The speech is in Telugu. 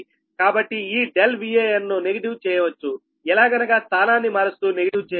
కాబట్టి ఈ ∆Van ను నెగిటివ్ చేయవచ్చు ఎలాగనగా స్థానాన్ని మారుస్తూ నెగిటివ్ చేయవచ్చు